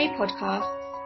podcasts